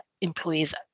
employees